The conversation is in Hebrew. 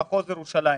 במחוז ירושלים?